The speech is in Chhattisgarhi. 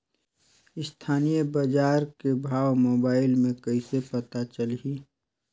स्थानीय बजार के भाव मोबाइल मे कइसे पता चलही?